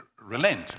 relent